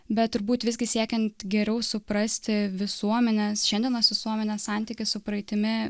bet turbūt visgi siekiant geriau suprasti visuomenės šiandienos visuomenės santykį su praeitimi